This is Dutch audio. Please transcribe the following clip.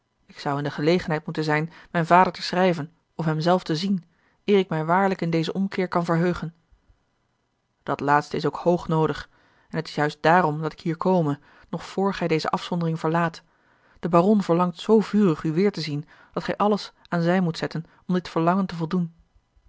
ik zou in de gelegenheid moeten zijn mijn vader te schrijven of hem zelf te zien eer ik mij waarlijk in dezen omkeer kan verheugen dat laatste is ook hoog noodig en t is juist daarom dat ik hier kome nog voor gij deze afzondering verlaat de baron verlangt zoo vurig u weêr te zien dat gij alles aan zij moet zetten om dit verlangen te voldoen